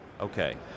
Okay